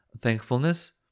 thankfulness